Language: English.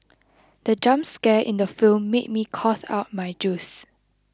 the jump scare in the film made me cough out my juice